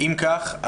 אם כך,